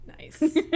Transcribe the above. Nice